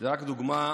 בתחילת